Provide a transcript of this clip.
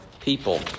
people